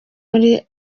kuri